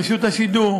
רשות השידור,